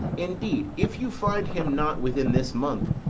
indeed, if you find him not within this month,